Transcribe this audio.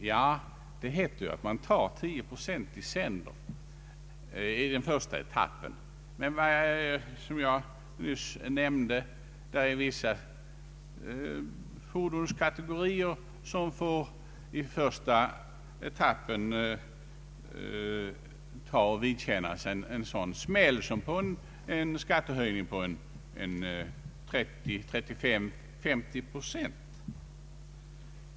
Ja, meningen är att det skall tas ut 10 procent mer skatt under den första etappen. I verkligheten har det blivit annorlunda. Som jag nämnde i mitt förra anförande får emellertid vissa fordonskategorier i första etappen vidkännas en skattehöjning på ej mindre än 30—50 procent.